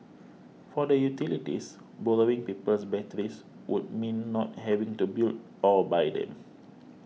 for the utilities borrowing people's batteries would mean not having to build or buy them